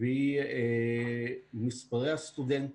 והיא מספרי הסטודנטים.